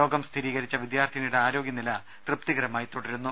രോഗം സ്ഥിരീകരിച്ച വിദ്യാർത്ഥിനിയുടെ ആരോഗ്യനില തൃപ്തികർമായി തുടരുന്നു